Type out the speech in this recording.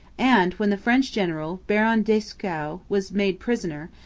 and, when the french general, baron dieskau, was made prisoner,